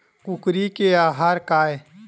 कुकरी के आहार काय?